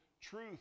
truth